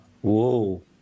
Whoa